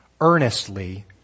earnestly